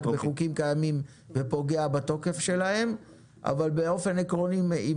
בחוקים קיימים ופוגע בתוקף שלהם אבל באופן עקרוני אם